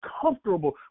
comfortable